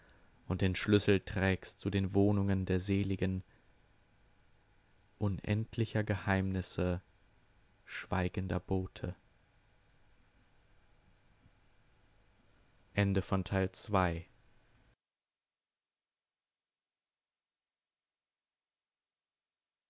und den schlüssel trägst zu den wohnungen der seligen unendlicher geheimnisse schweigender bote